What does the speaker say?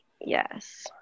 Yes